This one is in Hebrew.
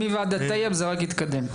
מוועדת טייב זה יתקדם.